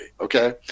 okay